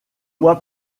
mois